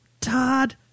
Todd